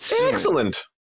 excellent